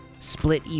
split